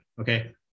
Okay